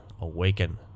awaken